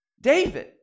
David